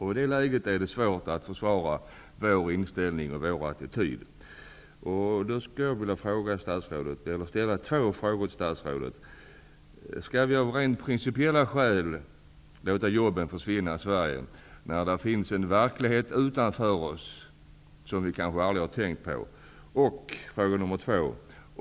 I det läget är det svårt att försvara vår inställning och vår attityd. Skall vi av rent principiella skäl låta jobben i Sverige försvinna, när det utanför det här huset finns en verklighet som vi kanske aldrig har tänkt på?